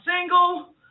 single